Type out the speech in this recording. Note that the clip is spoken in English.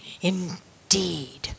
Indeed